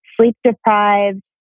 sleep-deprived